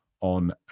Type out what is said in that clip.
on